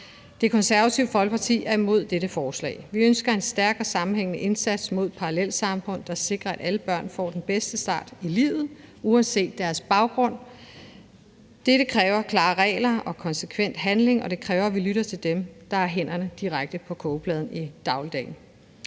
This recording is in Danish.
Det Konservative Folkeparti er imod dette forslag. Vi ønsker en stærk og sammenhængende indsats mod parallelsamfund, der sikrer, at alle børn får den bedste start i livet uanset deres baggrund. Dette kræver klare regler og konsekvent handling, og det kræver, at vi lytter til dem, der har hænderne direkte på kogepladen i dagligdagen.